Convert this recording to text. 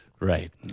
Right